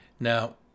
Now